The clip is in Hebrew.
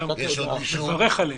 מברך עליהם.